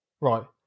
Right